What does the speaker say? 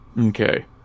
Okay